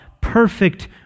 perfect